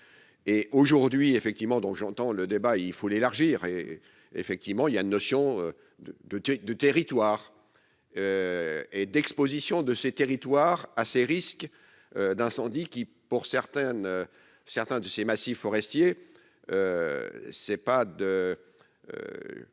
et aujourd'hui effectivement dont j'entends le débat, il faut l'élargir et effectivement il y a une notion de de de territoire et d'Exposition de ces territoires, à ses risques d'incendie qui, pour certaines, certains de ses massifs forestiers, c'est pas de